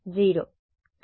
0